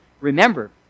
remember